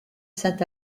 saint